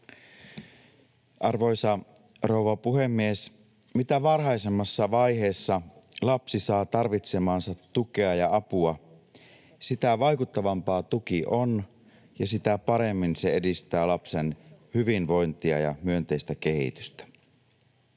Arvoisa rouva puhemies! Mitä varhaisemmassa vaiheessa lapsi saa tarvitsemaansa tukea ja apua, sitä vaikuttavampaa tuki on ja sitä paremmin se edistää lapsen hyvinvointia ja myönteistä kehitystä.